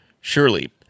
Surely